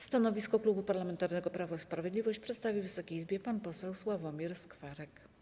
Stanowisko Klubu Parlamentarnego Prawo i Sprawiedliwość przedstawi Wysokiej Izbie pan poseł Sławomir Skwarek.